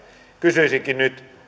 kysyisinkin nyt